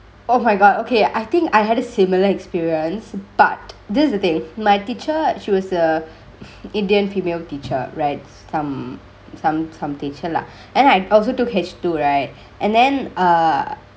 oh my god okay I think I had a similar experience but this is the thingk my teacher she was a indian female teacher right some some some teacher lah and I also took H two right and then err